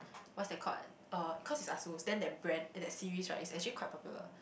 what's that called uh cause it's Asus then that brand eh that series right is actually quite popular